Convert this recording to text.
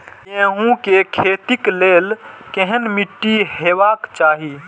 गेहूं के खेतीक लेल केहन मीट्टी हेबाक चाही?